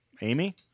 Amy